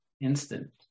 instant